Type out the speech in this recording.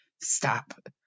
stop